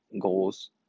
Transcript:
goals